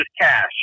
cash